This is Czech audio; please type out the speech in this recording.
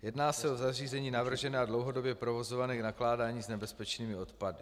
Jedná se o zařízení navržená dlouhodobě k provozování nakládání s nebezpečnými odpady.